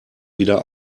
wieder